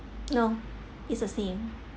no it's the same